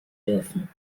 dürfen